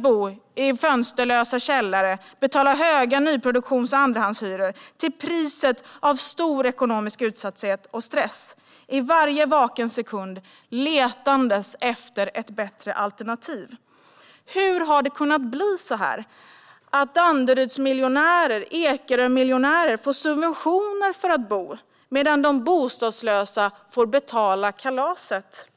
bo i fönsterlösa källare och betala höga nyproduktions och andrahandshyror, till priset av stor ekonomisk utsatthet och stress och i varje vaken sekund letande efter ett bättre alternativ. Hur har det kunnat bli så här? Danderyds och Ekerömiljonärer får subventioner för att bo, medan de bostadslösa får betala kalaset.